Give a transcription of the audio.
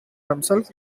themselves